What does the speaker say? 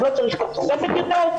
אז לא צריך את התוספת יותר.